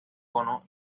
cono